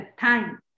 time